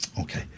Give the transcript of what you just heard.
okay